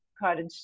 cottage